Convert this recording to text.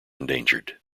endangered